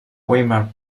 weimar